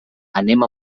anem